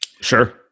Sure